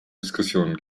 diskussionen